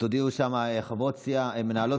מנהלות